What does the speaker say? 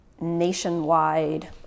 nationwide